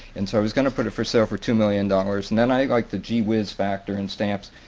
and so i was going to put it for sale for two million dollars and then i like the gee whiz factor in stamps,